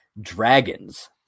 Dragons